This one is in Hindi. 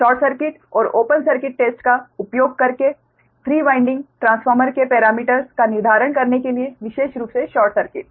शॉर्ट सर्किट और ओपन सर्किट टेस्ट का उपयोग करके 3 वाइंडिंग ट्रांसफार्मर के पेरामीटर्स का निर्धारण करने के लिए विशेष रूप से शॉर्ट सर्किट